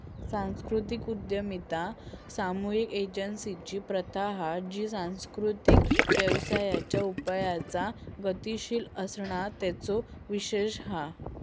सांस्कृतिक उद्यमिता सामुहिक एजेंसिंची प्रथा हा जी सांस्कृतिक व्यवसायांच्या उपायांचा गतीशील असणा तेचो विशेष हा